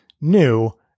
new